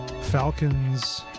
Falcons